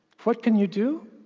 what can you do?